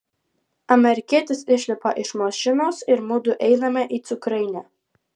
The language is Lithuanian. amerikietis išlipa iš mašinos ir mudu einame į cukrainę